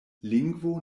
lingvo